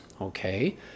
okay